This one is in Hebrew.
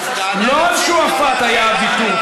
לא על שועפאט היה הוויתור,